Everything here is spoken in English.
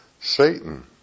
Satan